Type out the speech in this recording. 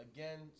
Again